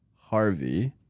Harvey